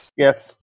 Yes